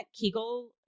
Kegel